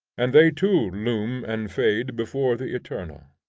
and they too loom and fade before the eternal.